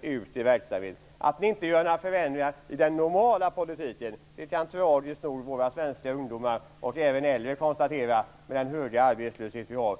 i verksamhet. Att Socialdemokraterna inte gör några förändringar i den normala politiken det kan, tragiskt nog våra svenska ungdomar och även äldre konstatera med tanke på den höga arbetslösheten.